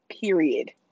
period